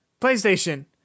playstation